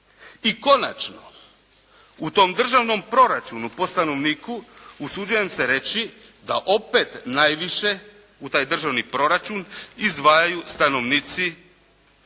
I konačno, u tom državnom proračunu po stanovniku usuđujem se reći da opet najviše u taj državni proračun izdvajaju stanovnici